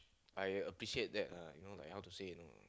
I appreciate that ah no lah like how to say you know